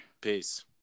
peace